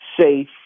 safe